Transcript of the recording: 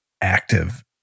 active